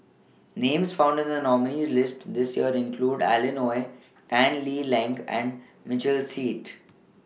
Names found in The nominees' list This Year include Alan Oei Tan Lee Leng and Michael Seet